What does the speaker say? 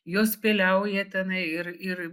jos peliauja tenai ir ir